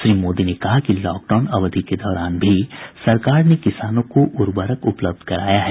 श्री मोदी ने कहा की लॉकडाउन अवधि के दौरान भी सरकार ने किसानों को उर्वरक उपलब्ध कराया है